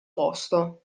posto